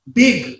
big